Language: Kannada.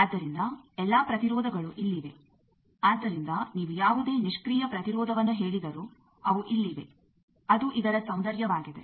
ಆದ್ದರಿಂದ ಎಲ್ಲಾ ಪ್ರತಿರೋಧಗಳು ಇಲ್ಲಿವೆ ಆದ್ದರಿಂದ ನೀವು ಯಾವುದೇ ನಿಷ್ಕ್ರಿಯ ಪ್ರತಿರೋಧವನ್ನು ಹೇಳಿದರೂ ಅವು ಇಲ್ಲಿವೆ ಅದು ಇದರ ಸೌಂದರ್ಯವಾಗಿದೆ